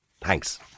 Thanks